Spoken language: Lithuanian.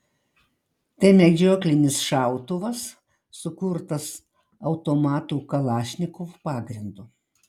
tai medžioklinis šautuvas sukurtas automato kalašnikov pagrindu